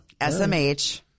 S-M-H